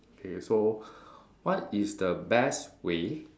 okay so what is the best way